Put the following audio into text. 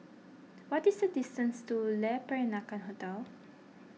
what is the distance to Le Peranakan Hotel